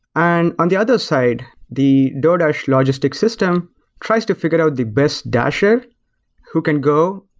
on on the other side, the doordash logistic system tries to figure out the best dasher who can go,